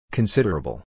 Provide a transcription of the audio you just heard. Considerable